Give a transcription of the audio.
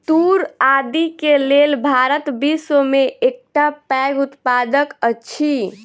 तूर आदि के लेल भारत विश्व में एकटा पैघ उत्पादक अछि